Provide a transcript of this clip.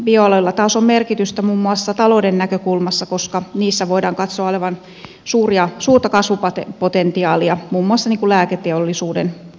bioaloilla taas on merkitystä muun muassa talouden näkökulmasta koska niissä voidaan katsoa olevan suurta kasvupotentiaalia muun muassa lääketeollisuuden näkökulmasta